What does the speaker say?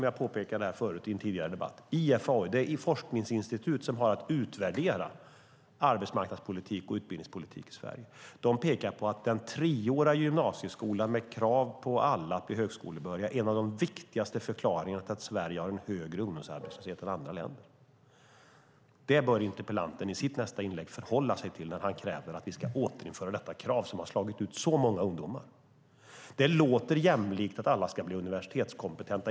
Jag påpekade i en tidigare debatt att IFAU, det forskningsinstitut som har att utvärdera arbetsmarknadspolitik och utbildningspolitik i Sverige, pekar på att den treåriga gymnasieskolan med krav på alla att bli högskolebehöriga är en av de viktigaste förklaringarna att Sverige har en högre ungdomsarbetslöshet än andra länder. Det bör interpellanten i sitt nästa inlägg förhålla sig till när han kräver att vi ska återinföra detta krav som har slagit ut så många ungdomar. Det låter jämlikt att alla ska bli universitetskompetenta.